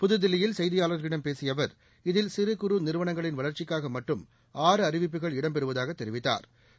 புதுதில்லியில் செய்தியாளர்களிடம் பேசிய அவர் இதில் சிறு குறு நிறுவனங்களின் வளர்ச்சிக்காக மட்டும் ஆறு அறிவிப்புகள் இடம் பெறுவதாகத் தெரிவித்தாா்